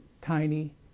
tiny